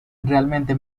realmente